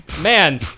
man